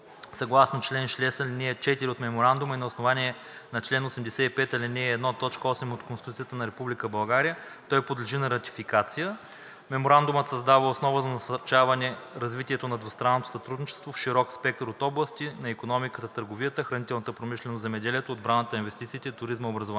Съгласно чл. 6, ал. 4 от Меморандума и на основание на чл. 85, ал. 1, т. 8 от Конституцията на Република България той подлежи на ратификация. Меморандумът създава основа за насърчаване развитието на двустранното сътрудничество в широк спектър от области на икономиката, търговията, хранителната промишленост, земеделието, отбраната, инвестициите, туризма, образованието